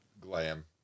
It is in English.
glam